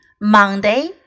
Monday